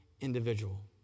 individual